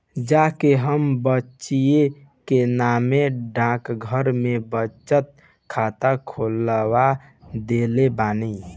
जा के हम बचिया के नामे डाकघर में बचत खाता खोलवा देले बानी